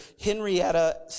Henrietta